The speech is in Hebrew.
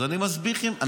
אז אני מסביר לכם.